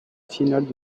finales